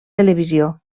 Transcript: televisió